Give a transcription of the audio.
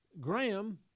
Graham